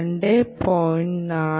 4 voltage ലഭിക്കും